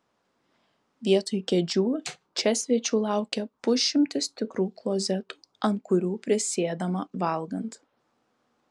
vietoj kėdžių čia svečių laukia pusšimtis tikrų klozetų ant kurių prisėdama valgant